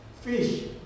Fish